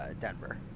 Denver